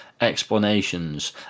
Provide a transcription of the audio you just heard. explanations